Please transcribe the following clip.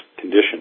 condition